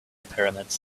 pyramids